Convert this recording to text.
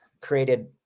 created